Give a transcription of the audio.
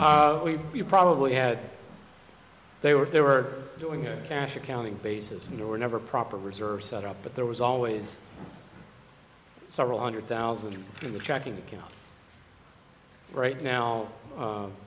years we probably had they were they were doing it cash accounting basis and there were never proper reserves set up but there was always several hundred thousand in the checking account right now